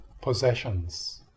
possessions